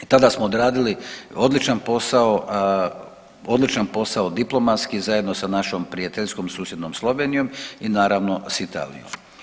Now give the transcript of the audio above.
I tada smo odradili odličan posao, odličan posao diplomatski zajedno sa našom prijateljskom susjednom Slovenijom i naravno s Italijom.